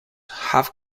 have